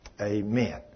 amen